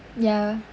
ya